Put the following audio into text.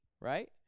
Right